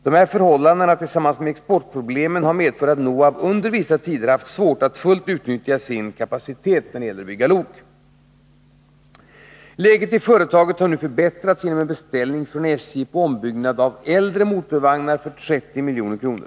Dessa förhållanden tillsammans med exportproblemen har medfört att NOHAB under vissa tider haft svårt att fullt utnyttja sin kapacitet när det gäller att bygga lok. Läget vid företaget har nu förbättrats genom en beställning från SJ på ombyggnad av äldre motorvagnar för 30 milj.kr.